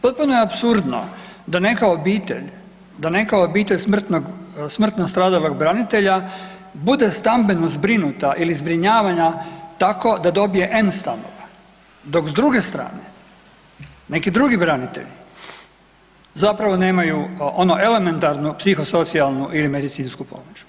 Potpuno je apsurdno da neka obitelj, da neka obitelj smrtno stradalog branitelja bude stambeno zbrinuta ili zbrinjavana tako da dobije N stanova dok s druge strane neki drugi branitelji, zapravo nemaju ono elementarno psihosocijalnu ili medicinsku pomoć.